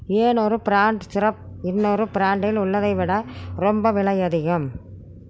ஏன் ஒரு brand syrup இன்னொரு பிராண்டில் உள்ளதை விட ரொம்ப விலை அதிகம்